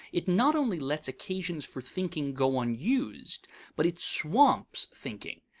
it not only lets occasions for thinking go unused, but it swamps thinking.